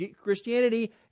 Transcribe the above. Christianity